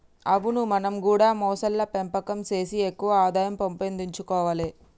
అవును మనం గూడా మొసళ్ల పెంపకం సేసి ఎక్కువ ఆదాయం పెంపొందించుకొవాలే